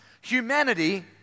humanity